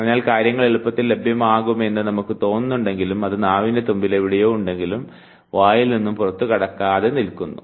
അതിനാൽ കാര്യങ്ങൾ എളുപ്പത്തിൽ ലഭ്യമാകുമെന്ന് നമുക്ക് തോന്നുന്നുണ്ടെങ്കിലും അത് നാവിൻറെ തുമ്പിൽ എവിടെയോ ഉണ്ടെങ്കിലും അത് വായിൽ നിന്ന് പുറത്തുകടക്കാതെ നിൽക്കുന്നു